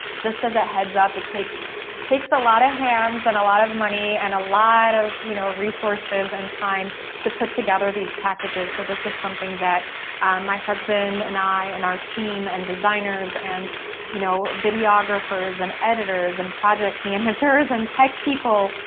just as a heads up, it takes takes a lot of hands and a lot of money, and a lot of you know resources and time to put together these packages, so this is something that my husband and i, and our team, and designers, and you know videographers, and editors, and project managers, and type people,